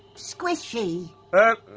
squishy! er,